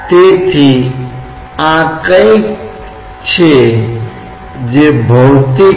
तो अलग अलग गहराई हैं और उस पर आपके पास अलग अलग दबाव हैं